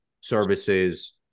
services